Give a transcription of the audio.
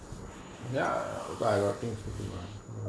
ya err I got things to do and